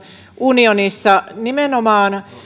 unionissa nimenomaan